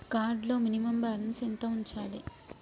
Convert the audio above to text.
Card లో minimum balance ఎంత ఉంచాలే?